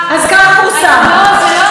השרה, את מדברת עוד דקה.